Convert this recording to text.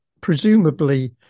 Presumably